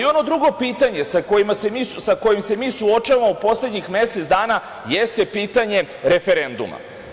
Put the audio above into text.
Ono drugo pitanje sa kojim se mi suočavamo poslednjih mesec dana jeste pitanje referenduma.